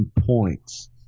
points